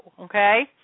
okay